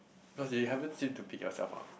because you haven't seemed to pick yourself up